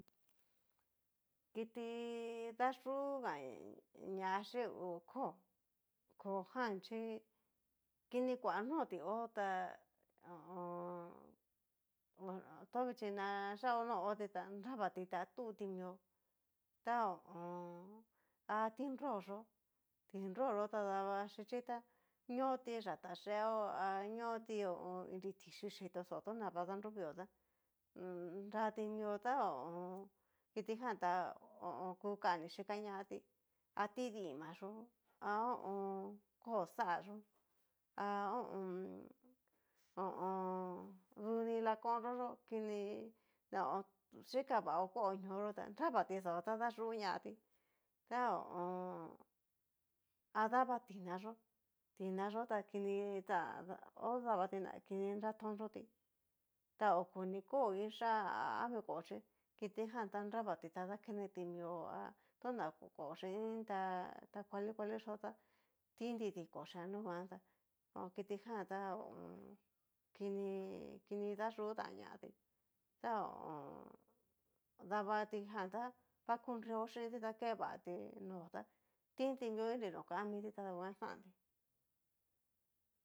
Kiti dayuga ñachi hu koo, koo jan chi kini kua noti hó ta ho o o. to vichí na yao no hoti ta nravati ta tuti mió, a ti nroyó ti nroyó ta davxhichi ta ñoti yata yeeó ha ñoti inri tichi chitoxó, tana va danruvio tá nrati mio ta ho o on. kitijan ta ku kani xiya ñatí, a tidima yó ha koo xá yó ha ho o on. ho o on. duni lakonro yó duni xhika vao kuao ñóyo ta nravati xao ta dayúñati, ta ho o on. a dava tina yó tina yó ta kinitan ho davatina kini nra tonrotí ta okuni kó iin chian a ami kó chí kitijanta nravati ta nakeneti mió ha tona kó xin iin ta kuali kuali xó tá, tinti dikochí a nu nguan tá kitijan ta ho o on. kini kini dayú tán ñati ta ho o on. davti jan tá vakunreo chinti ta kevati no ta tinti mio inri no kan miti tada nguan xantí.